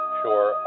sure